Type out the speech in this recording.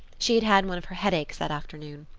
she had had one of her headaches that afternoon,